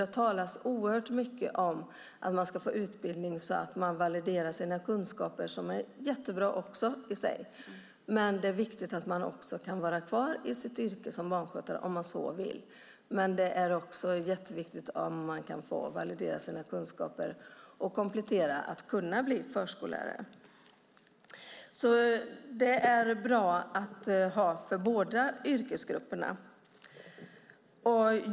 Det talas oerhört mycket om att få utbildning och få validera sina kunskaper, men det är viktigt att få vara kvar i sitt yrke som barnskötare om man så vill. Det är också viktigt att få validera sina kunskaper och få komplettera till förskollärare. Det är bra för båda yrkesgrupperna.